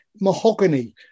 mahogany